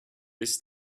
this